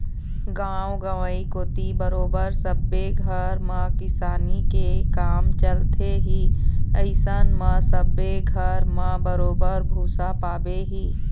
गाँव गंवई कोती बरोबर सब्बे घर म किसानी के काम चलथे ही अइसन म सब्बे घर म बरोबर भुसा पाबे ही